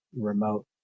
remote